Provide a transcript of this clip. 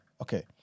Okay